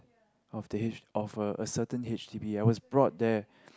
of the H of a a certain H_D_B I was brought there